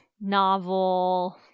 novel